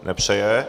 Nepřeje.